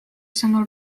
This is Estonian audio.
sõnul